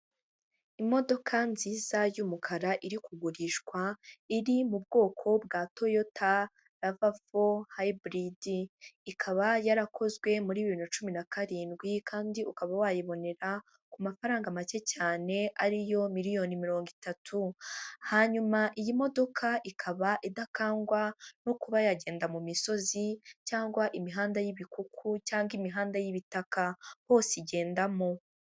Imodoka nziza y'umukara iri kugurishwa iri mu bwoko bwa toyota rava fo hayiburidi. Ikaba yarakozwe muri bibiri na cumi na karindwi, kandi ukaba wayibonera ku mafaranga make cyane ari yo miliyoni 30,000,000. Hanyuma iyi modoka ikaba idakangwa no kuba yagenda mu misozi cyangwa imihanda y'ibikuku cyangwa imihanda y'ibitaka. Hose igendamo.